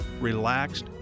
relaxed